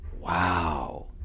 Wow